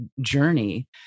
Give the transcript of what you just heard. journey